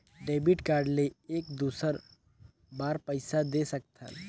Debit card ले एक दुसर बार पइसा दे सकथन?